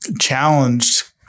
challenged